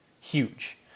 huge